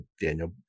Daniel